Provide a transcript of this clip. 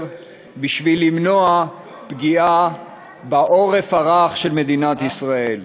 בשביל למנוע פגיעה בעורף הרך של מדינת ישראל,